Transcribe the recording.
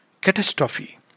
catastrophe